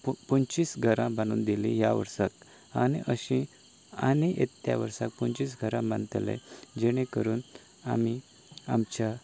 पंचवीस घरां बांदून दिली ह्या वर्साक आनी अशीं आनी येत त्या वर्साक पंचवीस घरा बांदतले जेणे करून आमी आमच्या जो